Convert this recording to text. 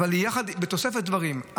אבל יחד, בתוספת דברים.